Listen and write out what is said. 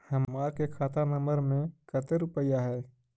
हमार के खाता नंबर में कते रूपैया है?